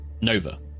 Nova